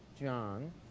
John